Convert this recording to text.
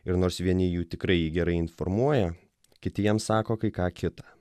ir nors vieni jų tikrai jį gerai informuoja kiti jam sako kai ką kita